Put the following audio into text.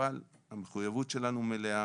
אבל המחויבות שלנו מלאה,